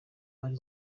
ari